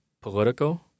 political